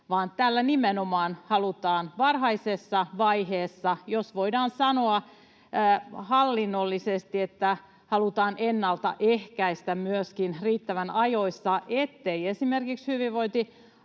vaan tällä nimenomaan halutaan varhaisessa vaiheessa, jos voidaan sanoa, hallinnollisesti ennalta ehkäistä riittävän ajoissa, ettei hyvinvointialue